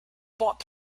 bought